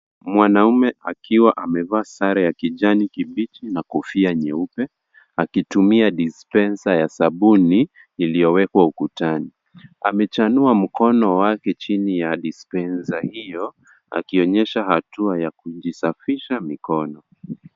Mwanaume akiwa amevaa sare ya kijani kibichi na kofia nyeupe akitumia dispenser ya sabuni iliyowekwa ukutani. Amechanua mkono wake chini ya dispenser hiyo akionyesha hatua ya kujisafisha mikono.